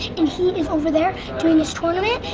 and he is over there doing his tournament.